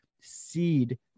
seed